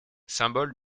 symbole